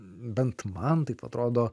bent man taip atrodo